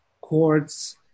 courts